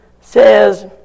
says